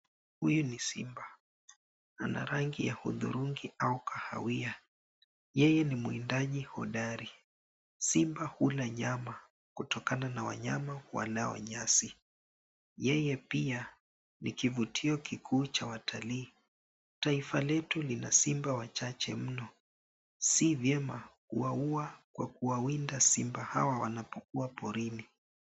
Huyu ni simba, ana rangi ya hudhurungi au kahawia. Yeye ni mwindaji hodari. Simba hula nyama, kutokana na wanyama walao nyasi. Yeye pia ni kivutio kikuu cha watalii. Taifa letu lina simba wachache mno. Si vyema kuwaua kwa kuwawinda simba hawa wanapokua porini.